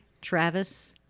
Travis